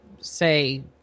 say